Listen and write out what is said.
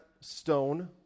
stone